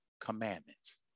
commandments